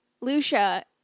Lucia